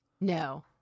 No